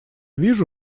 вижу